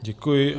Děkuji.